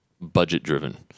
budget-driven